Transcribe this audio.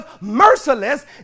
merciless